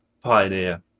pioneer